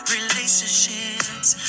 Relationships